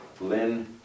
Lynn